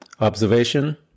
observation